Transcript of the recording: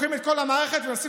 לוקחים את כל המערכת ומנסים